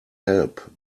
help